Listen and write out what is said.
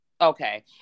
Okay